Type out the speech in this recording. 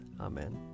Amen